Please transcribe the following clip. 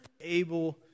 able